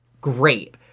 great